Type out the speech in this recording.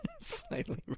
Slightly